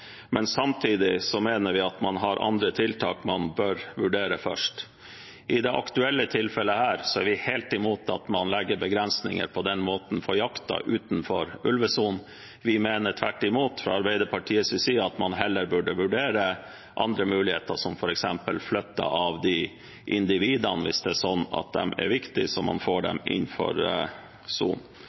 men samtidig mener vi at man har andre tiltak man bør vurdere først. I dette aktuelle tilfellet er vi helt imot at man legger begrensninger på den måten for jakten utenfor ulvesonen. Vi mener tvert imot fra Arbeiderpartiets side at man heller burde vurdere andre muligheter, som f.eks. flytting av de individene, hvis det er sånn at de er viktige, så man får dem innenfor